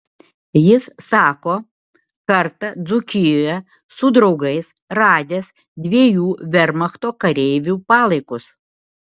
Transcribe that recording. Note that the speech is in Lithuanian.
jis sako kartą dzūkijoje su draugais radęs dviejų vermachto kareivių palaikus